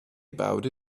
about